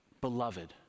beloved